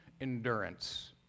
endurance